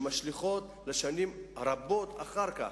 שמשליכות לשנים רבות אחר כך.